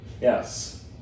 Yes